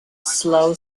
slow